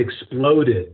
exploded